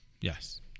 Yes